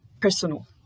personal